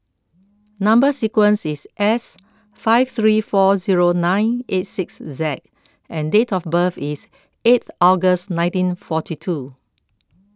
Number Sequence is S five three four zero nine eight six Z and date of birth is eighth August nineteen forty two